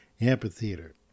amphitheater